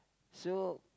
so